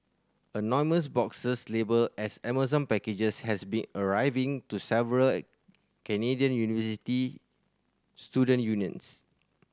anonymous boxes labelled as Amazon packages has been arriving to several Canadian university student unions